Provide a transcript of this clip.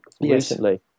recently